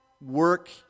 work